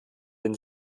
den